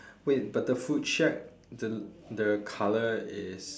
wait but the food shack the the colour is